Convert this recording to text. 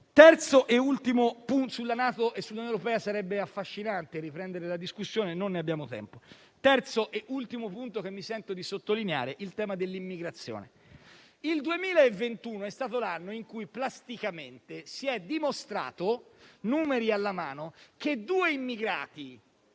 Terzo e ultimo punto che mi sento di sottolineare è il tema dell'immigrazione. Il 2021 è stato l'anno in cui, plasticamente, si è dimostrato - numeri alla mano - che due immigrati